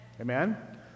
Amen